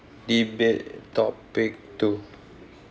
debate topic two